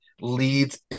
leads